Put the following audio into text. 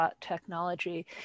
technology